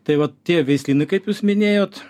tai vat tie veislynai kaip jūs minėjot